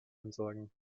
entsorgen